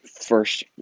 first